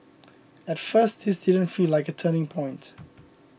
at first this didn't feel like a turning point